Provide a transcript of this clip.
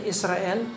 Israel